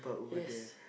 yes